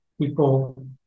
people